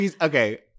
Okay